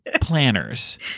planners